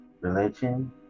religion